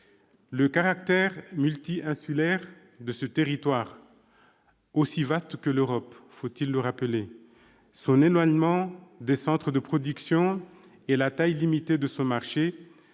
Le caractère multi-insulaire de ce territoire, aussi vaste que l'Europe- faut-il le rappeler ?-, son éloignement des centres de production et la taille limitée de son marché